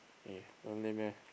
eh don't lame eh